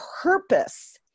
purpose